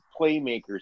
playmakers